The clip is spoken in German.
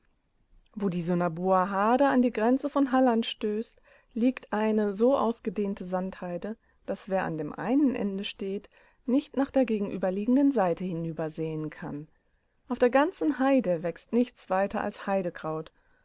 wo die sunnerboer harde an die grenze von halland stößt liegt eine so ausgedehnte sandheide daß wer an dem einen ende steht nicht nach der gegenüberliegenden seite hinübersehen kann auf der ganzen heide wächst nichts weiter als